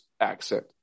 accent